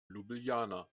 ljubljana